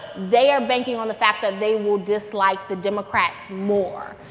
they are banking on the fact that they will dislike the democrats more.